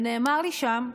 ונאמר לי שם,